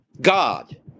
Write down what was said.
God